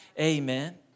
Amen